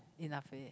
enough already